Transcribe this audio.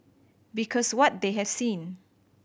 because what they have seen